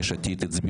מה אתם רוצים?